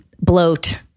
bloat